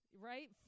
Right